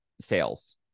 sales